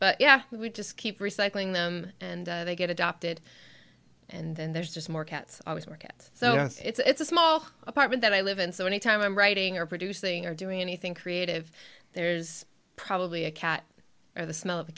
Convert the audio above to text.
but yeah we just keep recycling them and they get adopted and there's just more cats always work out so it's a small apartment that i live in so anytime i'm writing or producing or doing anything creative there's probably a cat or the smell of